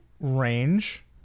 range